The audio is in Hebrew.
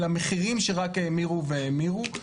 למחירים שרק האמירו והאמירו.